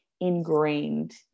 ingrained